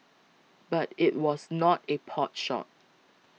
but it was not a potshot